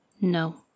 No